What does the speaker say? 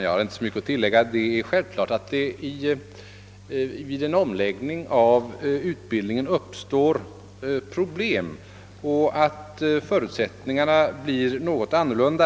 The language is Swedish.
"Herr talman! Vid en omläggning av utbildningen uppstår givetvis problem, och förutsättningarna kan bli något annorluhda.